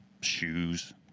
shoes